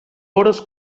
hores